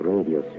Radio